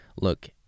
look